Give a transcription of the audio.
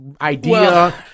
idea